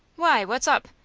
why, what's up?